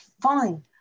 fine